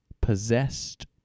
Possessed